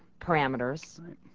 parameters